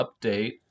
update